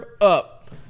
up